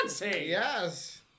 Yes